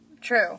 true